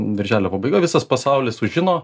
birželio pabaiga visas pasaulis sužino